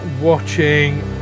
watching